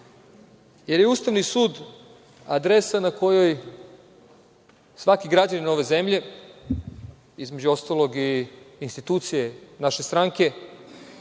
jer je Ustavni sud adresa na kojoj svaki građanin ove zemlje, između ostalog, i institucije naše stranke,